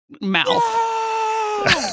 mouth